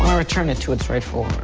return it to its rightful